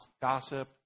Gossip